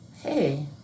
Hey